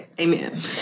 Amen